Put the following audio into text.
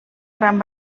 gran